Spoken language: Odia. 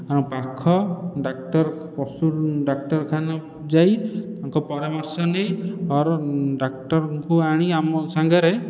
ପାଖ ଡାକ୍ଟର ପଶୁ ଡାକ୍ଟରଖାନା ଯାଇ ତାଙ୍କ ପରାମର୍ଶ ନେଇ ଅର ଡାକ୍ଟରଙ୍କୁ ଆଣି ଆମ ସାଙ୍ଗରେ